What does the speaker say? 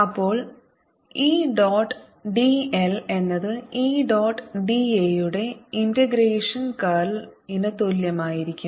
അപ്പോൾ e dot d l എന്നത് e dot d a യുടെ ഇന്റഗ്രേഷൻ കർൾ ന് തുല്യമായിരിക്കും